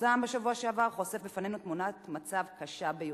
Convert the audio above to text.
שפורסם בשבוע שעבר חושף בפנינו תמונת מצב קשה ביותר: